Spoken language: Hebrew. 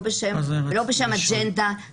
לא בשם אג'נדה,